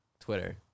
twitter